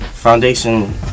foundation